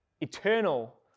eternal